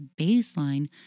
baseline